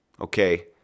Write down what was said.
Okay